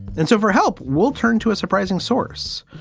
and so for help. we'll turn to a surprising source,